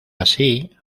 así